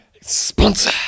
Sponsor